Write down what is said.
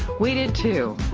we did too,